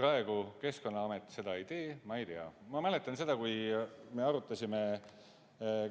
praegu Keskkonnaamet seda ei tee, ma ei tea. Ma mäletan seda, kui me arutasime